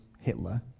Hitler